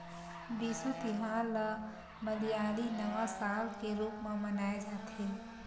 बिसु तिहार ल मलयाली नवा साल के रूप म मनाए जाथे